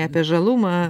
apie žalumą